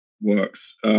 works